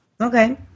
Okay